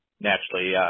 naturally